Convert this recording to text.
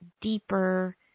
deeper